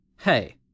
Hey